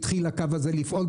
התחיל הקו הזה לפעול,